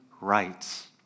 rights